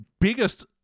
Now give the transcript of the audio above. biggest